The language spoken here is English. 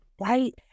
Right